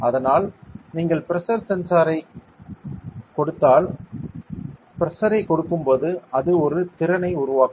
அதனால் நீங்கள் பிரஷரை கொடுத்தால் அது ஒரு திறனை உருவாக்கும்